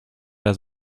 las